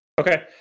Okay